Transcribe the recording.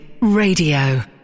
Radio